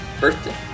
birthday